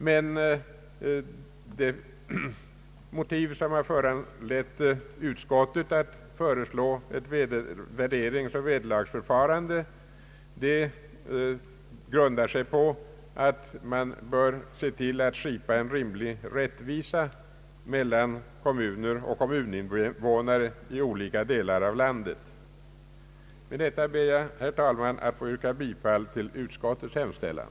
Men det motiv som har föranlett utskottet att föreslå ett värderingsoch vederlagsförfarande grundar sig på att man anser att en rimlig rättvisa bör skipas mellan kommuner och kommuninvånare i olika delar av landet. Med detta, herr talman, ber jag att få yrka bifall till utskottets hemställan.